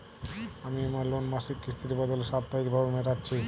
আমি আমার লোন মাসিক কিস্তির বদলে সাপ্তাহিক ভাবে মেটাচ্ছি